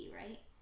right